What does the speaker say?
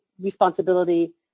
responsibility